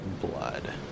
blood